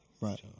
right